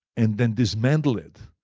and then dismantles it.